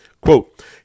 Quote